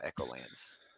Echolands